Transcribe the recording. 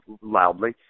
loudly